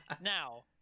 Now